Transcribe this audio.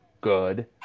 good